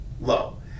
Low